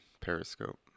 Periscope